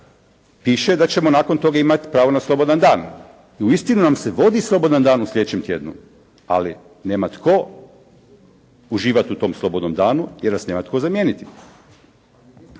Piše da ćemo nakon toga imati pravo na slobodan dan. I uistinu nam se vodi slobodan dan u sljedećem tjednu ali nema tko uživati u tom slobodnom danu jer nas nema tko zamijeniti.»